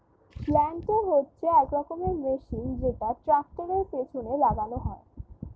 planter হচ্ছে এক রকমের মেশিন যেটা ট্র্যাক্টরের পেছনে লাগানো হয়